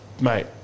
mate